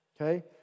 Okay